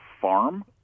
farm